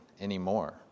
anymore